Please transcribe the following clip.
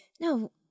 No